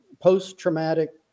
post-traumatic